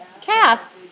calf